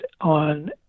on